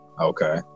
Okay